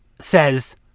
says